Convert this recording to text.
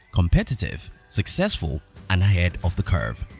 competitive, successful and ahead of the curve.